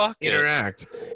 interact